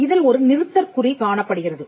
இதில் ஒரு நிறுத்தற்குறி காணப்படுகிறது